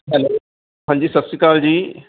hello ਹਾਂਜੀ ਸਤਿ ਸ਼੍ਰੀ ਅਕਾਲ ਜੀ